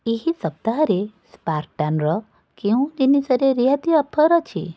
ଏହି ସପ୍ତାହରେ ସ୍ପାରଟାନର କେଉଁ ଜିନିଷରେ ରିହାତି ଅଫର୍ ଅଛି